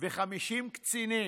ו-50 קצינים,